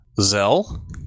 Zell